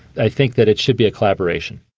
i think that it should be a collaboration.